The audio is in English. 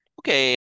Okay